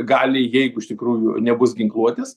gali jeigu iš tikrųjų nebus ginkluotis